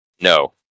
No